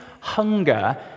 hunger